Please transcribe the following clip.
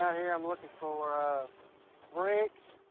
here i'm looking for ah bricks,